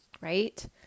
right